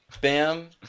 bam